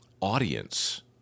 audience